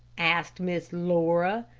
asked miss laura.